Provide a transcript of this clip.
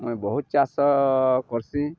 ମୁଇଁ ବହୁତ ଚାଷ କର୍ସି